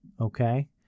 okay